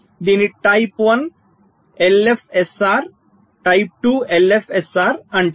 దీనిని type 1 LFSR type 2 LFSR అంటారు